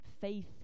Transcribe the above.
faith